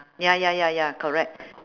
ya ya ya ya correct